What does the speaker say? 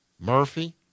Murphy